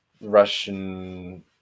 Russian